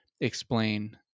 explain